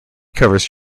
covers